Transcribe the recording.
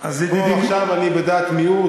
פה עכשיו אני בדעת מיעוט,